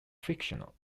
fictional